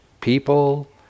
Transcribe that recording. people